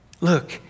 Look